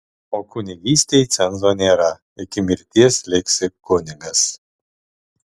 o kunigystei cenzo nėra iki mirties liksi kunigas